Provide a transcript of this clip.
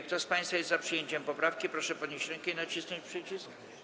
Kto z państwa jest za przyjęciem poprawki, proszę podnieść rękę i nacisnąć przycisk.